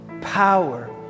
power